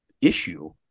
issue